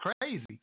crazy